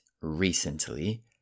recently